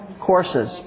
courses